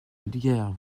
vulgaire